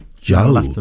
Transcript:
Joe